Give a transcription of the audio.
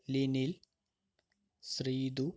Linil Sreethu